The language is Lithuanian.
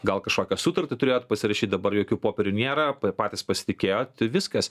gal kažkokią sutartį turėjot pasirašyt dabar jokių popierių nėra patys pasitikėjot viskas